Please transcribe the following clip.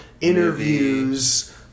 interviews